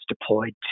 deployed